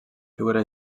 figura